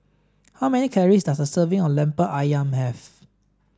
how many calories does a serving of Lemper Ayam have